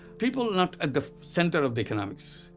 people not at the center of the economics.